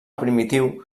primitiu